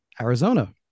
Arizona